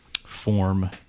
form